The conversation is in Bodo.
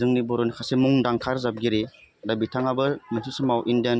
जोंनि बर'नि हासे मुंदांखा रोजाबगिरि दा बिथाङाबो मोनसे समाव इण्डियान